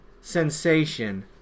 sensation